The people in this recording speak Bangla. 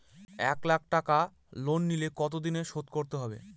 এক লাখ টাকা লোন নিলে কতদিনে শোধ করতে হবে?